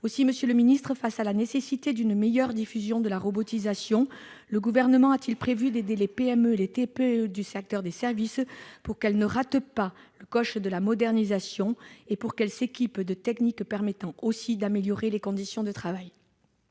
Monsieur le ministre, compte tenu de la nécessité d'une meilleure diffusion de la robotisation, le Gouvernement a-t-il prévu d'aider les PME et TPE du secteur des services, pour qu'elles ne ratent pas le coche de la modernisation et puissent recourir à des techniques permettant aussi d'améliorer les conditions de travail ?